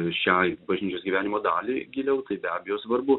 šiai bažnyčios gyvenimo daliai giliau tai be abejo svarbu